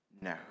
No